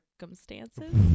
circumstances